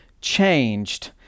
changed